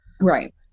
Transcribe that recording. Right